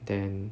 then